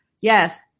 Yes